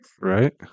Right